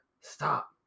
stop